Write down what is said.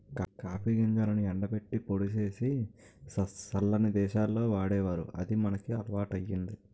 copy గింజలను ఎండబెట్టి పొడి సేసి సల్లని దేశాల్లో వాడేవారు అది మనకి అలవాటయ్యింది